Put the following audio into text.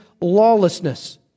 lawlessness